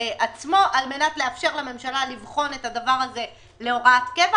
עצמו על מנת לאפשר לממשלה לבחון את הדבר הזה להוראת קבע,